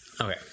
Okay